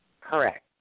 Correct